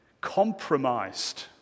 compromised